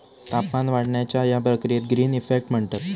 तापमान वाढण्याच्या या प्रक्रियेक ग्रीन इफेक्ट म्हणतत